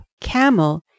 camel